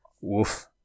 Woof